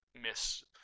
miss